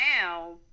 now